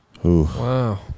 Wow